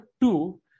two